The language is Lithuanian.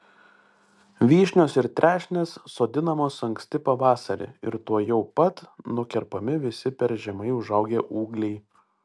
vyšnios ir trešnės sodinamos anksti pavasarį ir tuojau pat nukerpami visi per žemai užaugę ūgliai